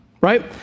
right